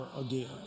again